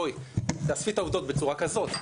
בואי תאספי את העובדות בצורה כזאת,